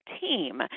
team